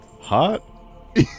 hot